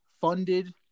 funded